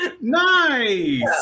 nice